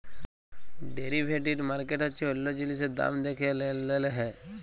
derivative market হচ্যে অল্য জিলিসের দাম দ্যাখে লেলদেল হয়